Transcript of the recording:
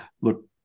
look